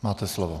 Máte slovo.